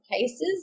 cases